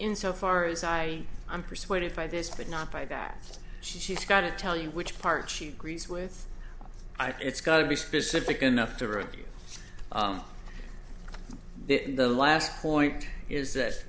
in so far as i i'm persuaded by this but not by that she's got to tell you which part she agrees with i think it's got to be specific enough to reveal the last point is that